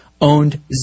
owned